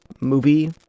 movie